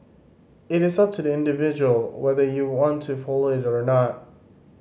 it is up to the individual whether you want to follow it or not